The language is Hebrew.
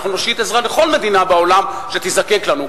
אנחנו נושיט עזרה לכל מדינה בעולם שתיזקק לנו,